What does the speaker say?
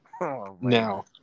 Now